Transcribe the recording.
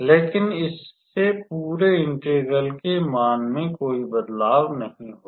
लेकिन इससे पूरे इंटेग्र्ल के मान में कोई बदलाव नहीं होगा